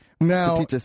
Now